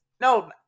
No